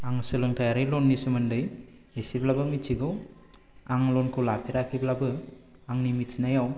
आं सोलोंथायारि लननि सोमोन्दै एसेब्लाबो मिथिगौ आं लनखौ लाफेराखैब्लाबो आंनि मिथिनायाव